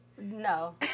No